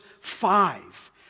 five